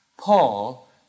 Paul